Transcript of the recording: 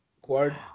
quad